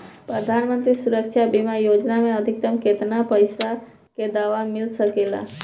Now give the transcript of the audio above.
प्रधानमंत्री सुरक्षा बीमा योजना मे अधिक्तम केतना पइसा के दवा मिल सके ला?